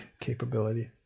capability